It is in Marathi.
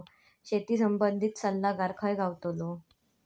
शेती संबंधित सल्लागार खय गावतलो?